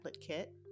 kit